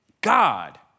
God